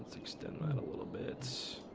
extend a and little bit